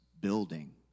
building